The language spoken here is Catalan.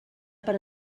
per